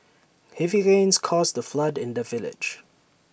heavy rains caused flood in the village